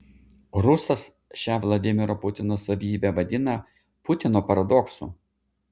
rusas šią vladimiro putino savybę vadina putino paradoksu